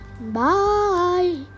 Bye